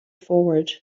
forward